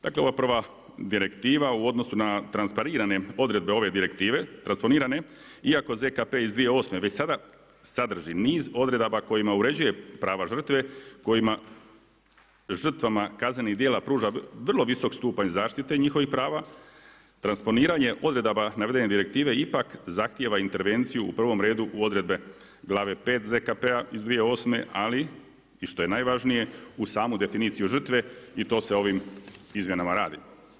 Dakle ova prva direktiva u odnosu na transparirane odredbe ove direktive transponiranjem iako ZKP iz 2008. već sada sadrži niz odredaba kojima uređuje prava žrtve kojima žrtvama kaznenih djela vrlo visok stupanj zaštite njihovih prava, transponiranje odredaba navedene direktive ipak zahtjeva intervenciju u prvom redu odredbe glave 5. ZKP-a iz 2008. ali i što je najvažnije, u samu definiciju žrtve i to se ovim izmjenama radi.